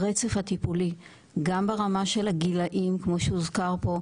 הרצף הטיפולי גם ברמה של הגילאים כמו שהוזכר פה,